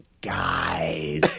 guys